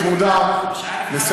אבל תישארי צמודה לסדר-היום.